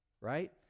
right